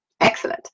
Excellent